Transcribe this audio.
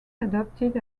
adopted